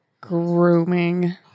Grooming